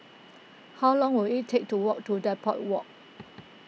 how long will it take to walk to Depot Walk